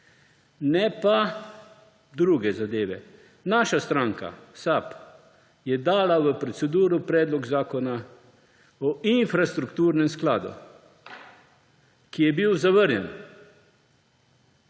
ne pa druge zadeve. Naša stranka SAB je dala v proceduro Predlog zakona o infrastrukturnem skladu, ki je bil zavrnjen.